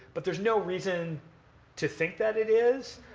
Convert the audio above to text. but there's no reason to think that it is.